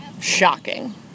Shocking